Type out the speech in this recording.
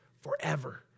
forever